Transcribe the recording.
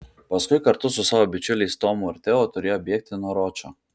paskui kartu su savo bičiuliais tomu ir teo turėjo bėgti nuo ročo